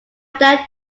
dare